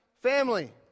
family